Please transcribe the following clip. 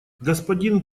господин